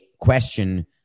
question